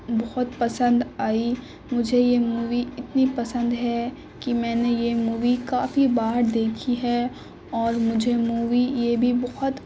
بہت پسند آئی مجھے یہ مووی اتنی پسند ہے کہ میں نے یہ مووی کافی بار دیکھی ہے اور مجھے مووی یہ بھی بہت